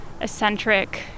eccentric